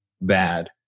bad